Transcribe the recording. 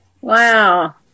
Wow